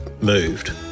moved